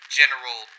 general